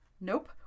Nope